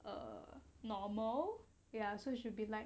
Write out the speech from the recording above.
err normal ya so should be like